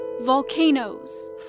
Volcanoes